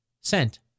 sent